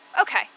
Okay